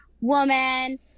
woman